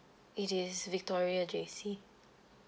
it is victoria J_C